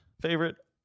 favorite